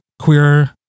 queer